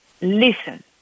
listen